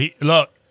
look